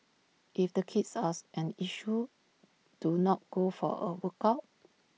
if the kids are an issue to not go for A workout